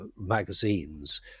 magazines